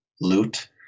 loot